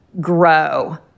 grow